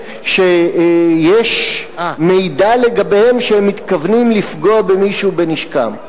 שיש מידע לגביהם שהם מתכוונים לפגוע במישהו בנשקם.